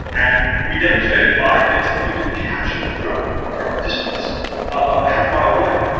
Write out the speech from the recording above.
and we demonstrated by this that we could capture the drone from a distance of a half-mile away.